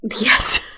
Yes